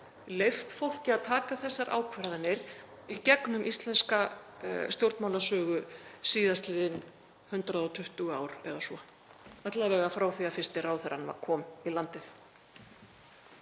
leyft fólki að taka þessar ákvarðanir í gegnum íslenska stjórnmálasögu síðastliðin 120 ár eða svo, alla vega frá því að fyrsti ráðherrann kom í landið.